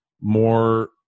more